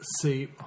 See